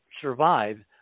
survive